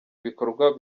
ibikorwa